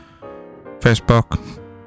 Facebook